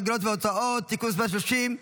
אגרות והוצאות (תיקון מס' 30)